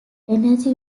energy